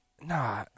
Nah